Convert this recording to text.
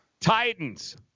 Titans